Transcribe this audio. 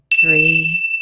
three